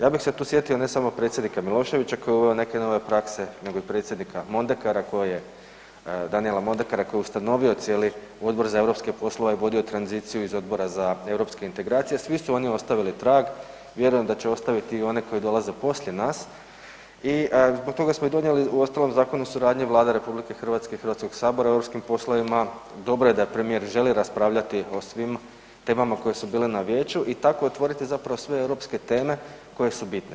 Ja bih se tu sjetio, ne samo predsjednika Miloševića koji je uveo neke nove prakse nego i predsjednika Mondekara koji je, Daniela Mondekara koji je ustanovio cijeli Odbor za europske poslove, vodio tranziciju iz Odbora za europske integracije, svi su oni ostavili trag, vjerujem da će ostaviti i one koji dolaze poslije nas i zbog toga smo i donijeli uostalom, Zakon o suradnji Vlade RH i Hrvatskog sabora o europskim poslovima, dobro je da premijer želi raspravljati o svim temama koje su bile na Vijeću i tako otvoriti zapravo sve europske teme koje su bitne.